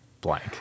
blank